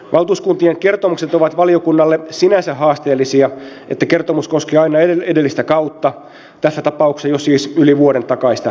valtuuskuntien kertomukset ovat valiokunnalle sinänsä haasteellisia että kertomus koskee aina edellistä kautta tässä tapauksessa siis jo yli vuoden takaista toimintaa